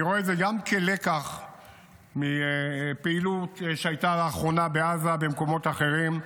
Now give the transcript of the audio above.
אני רואה את זה גם כלקח מפעילות שהייתה לאחרונה בעזה ובמקומות אחרים,